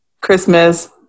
Christmas